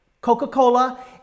Coca-Cola